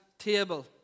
Table